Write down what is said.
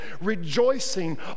rejoicing